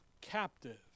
captive